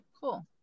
cool